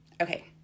Okay